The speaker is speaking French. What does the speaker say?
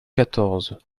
quatorze